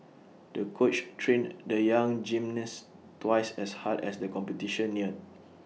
the coach trained the young gymnast twice as hard as the competition neared